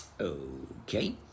Okay